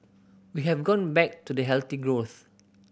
we have gone back to the healthy growth